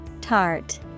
Tart